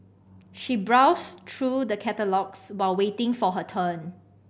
she browsed through the catalogues while waiting for her turn